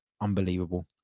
unbelievable